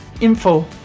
Info